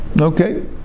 Okay